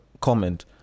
comment